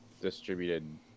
distributed